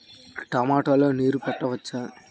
టమాట లో నీరు పెట్టవచ్చునా?